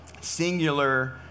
singular